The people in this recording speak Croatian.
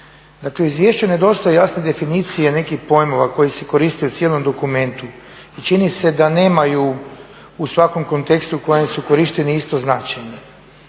Dakle, izvješću nedostaju jasne definicije nekih pojmova koji se koriste u cijelom dokumentu i čini se da nemaju u svakom kontekstu u kojem su korišteni isto značenje.